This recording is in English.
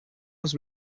was